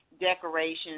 Decorations